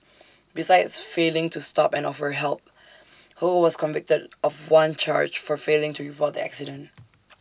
besides failing to stop and offer help ho was convicted of one charge for failing to report the accident